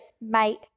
mate